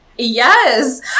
Yes